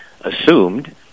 assumed